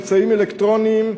באמצעים אלקטרוניים,